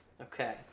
Okay